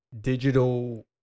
digital